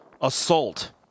assault